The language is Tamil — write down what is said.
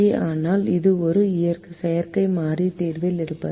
ஆனால் ஒரு செயற்கை மாறி தீர்வில் இருப்பதால்